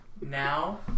Now